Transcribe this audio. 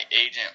agent